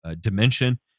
dimension